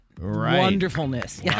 Wonderfulness